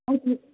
okay